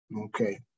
Okay